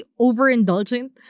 overindulgent